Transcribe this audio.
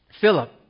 Philip